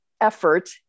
effort